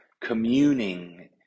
communing